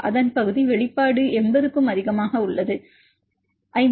அதன் பகுதி வெளிப்பாடு 80க்கும் அதிகமாக உள்ளது குறிப்பு நேரம் 1316 50